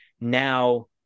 Now